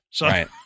Right